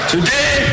Today